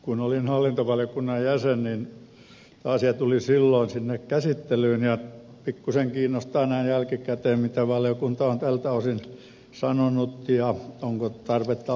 kun olin hallintovaliokunnan jäsen niin asia tuli silloin sinne käsittelyyn ja pikkusen kiinnostaa näin jälkikäteen mitä valiokunta on tältä osin sanonut ja onko tarvetta ollut muuttaa